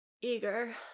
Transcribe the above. eager